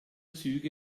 züge